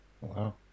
wow